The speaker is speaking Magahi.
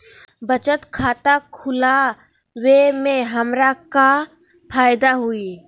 बचत खाता खुला वे में हमरा का फायदा हुई?